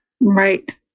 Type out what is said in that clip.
Right